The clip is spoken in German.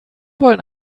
wollen